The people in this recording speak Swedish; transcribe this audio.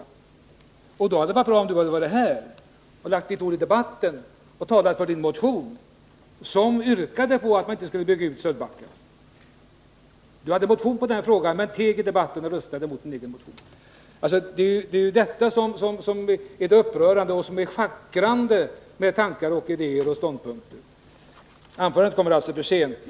Det hade varit bra om Anders Dahlgren då hade varit här, lagt sitt ord i debatten och talat för sin motion, som yrkade på att man inte skulle bygga ut Sölvbacka. Anders Dahlgren hade väckt en motion i denna fråga, men teg i debatten och röstade emot sin egen motion. Det är detta som är så upprörande, som innebär ett schackrande med idéer, tankar och ståndpunkter. Anders Dahlgrens anförande kommer alltså för sent.